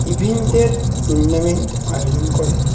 ইভেন্টের টুর্নামেন্ট আয়োজন করে